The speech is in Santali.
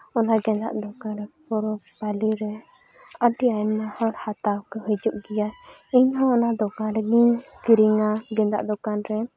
ᱚᱱᱟ ᱜᱮᱸᱫᱟᱜ ᱫᱚᱠᱟᱱᱨᱮ ᱯᱚᱨᱚᱵᱽ ᱯᱟᱹᱞᱤᱨᱮ ᱟᱹᱰᱤ ᱟᱭᱢᱟ ᱦᱚᱲ ᱦᱟᱛᱟᱣ ᱠᱚ ᱦᱤᱡᱩᱜ ᱜᱮᱭᱟ ᱤᱧᱦᱚᱸ ᱚᱱᱟ ᱫᱚᱠᱟᱱ ᱨᱮᱜᱤᱧ ᱠᱤᱨᱤᱧᱟ ᱜᱮᱸᱫᱟᱜ ᱫᱚᱠᱟᱱ ᱨᱮ